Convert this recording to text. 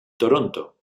toronto